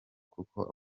kuko